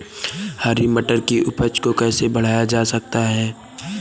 हरी मटर की उपज को कैसे बढ़ाया जा सकता है?